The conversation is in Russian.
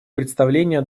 представления